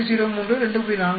03 2